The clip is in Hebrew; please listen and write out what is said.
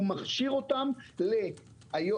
הוא מכשיר אותם לרישום.